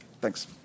Thanks